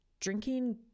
drinking